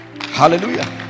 Hallelujah